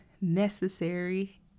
necessary